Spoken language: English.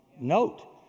note